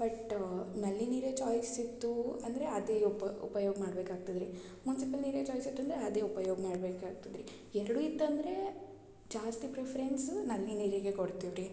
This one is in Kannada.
ಬಟ್ ನಲ್ಲಿ ನೀರೇ ಚಾಯ್ಸ್ ಇತ್ತು ಅಂದರೆ ಅದೇ ಉಪ ಉಪಯೋಗ ಮಾಡ್ಬೇಕಾಗ್ತದೆ ರೀ ಮುನ್ಸಿಪಲ್ ನೀರೇ ಚಾಯ್ಸ್ ಇತ್ತಂದರೆ ಅದೇ ಉಪಯೋಗ ಮಾಡ್ಬೇಕಾಗ್ತದೆ ರೀ ಎರಡು ಇತ್ತಂದರೆ ಜಾಸ್ತಿ ಪ್ರಿಫರೆನ್ಸು ನಲ್ಲಿ ನೀರಿಗೆ ಕೊಡ್ತೀವಿ ರೀ